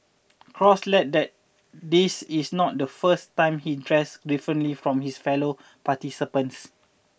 cross let that this is not the first time he dressed differently from his fellow participants